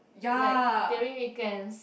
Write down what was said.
like during weekends